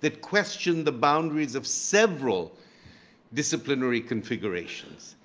that question the boundaries of several disciplinary configurations.